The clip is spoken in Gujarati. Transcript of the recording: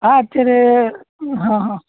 હા અત્યારે હં હં